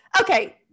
okay